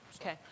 Okay